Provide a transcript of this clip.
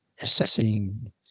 assessing